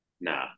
Nah